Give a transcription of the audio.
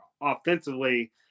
offensively